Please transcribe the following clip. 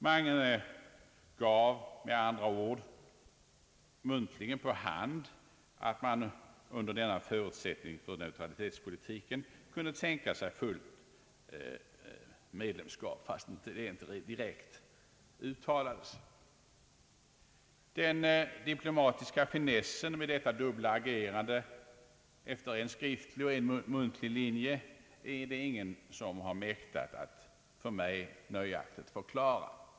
Man gav med andra ord muntligen på hand att man under denna förutsättning för neutralitetspolitiken kunde tänka sig fullt medlemskap fastän det inte direkt uttalades. Den diplomatiska finessen med detta dubbelagerande efter en skriftlig och en muntlig linje är det ingen som har mäktat att för mig nöjaktigt förklara.